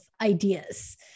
ideas